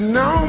no